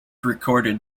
recorded